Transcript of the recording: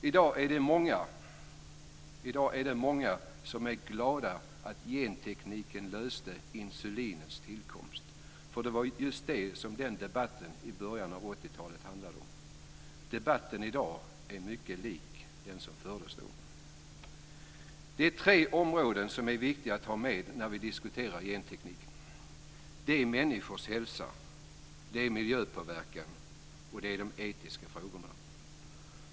I dag är det många som är glada att gentekniken löste insulinets tillkomst. Det var det som debatten handlade om i början av 80-talet. Debatten i dag är mycket lik den som fördes då. Det är tre områden som är viktiga att ha med när vi diskuterar genteknik. Det är människors hälsa, det är miljöpåverkan och det är de etiska frågorna.